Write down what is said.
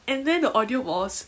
and then the audio was